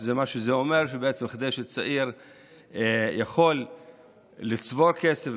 זה אומר שבעצם כדי שצעיר יוכל לצבור כסף,